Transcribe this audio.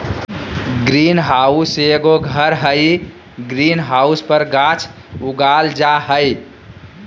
green house एगो घर हइ, ग्रीन हाउस पर गाछ उगाल जा हइ